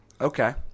Okay